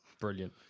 Brilliant